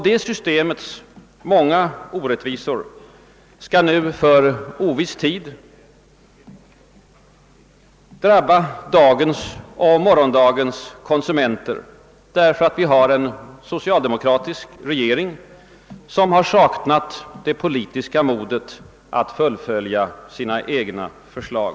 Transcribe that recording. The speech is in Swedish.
Det systemets många orättvisor skall nu för oviss tid drabba dagens och morgondagens konsumenter på grund av att vi har en socialdemokratisk regering som har saknat det personliga modet att fullfölja sina egna förslag.